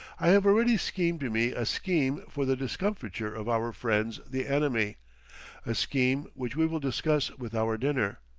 i have already schemed me a scheme for the discomfiture of our friends the enemy a scheme which we will discuss with our dinner,